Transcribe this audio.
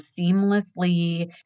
seamlessly